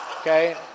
Okay